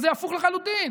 אז זה הפוך לחלוטין.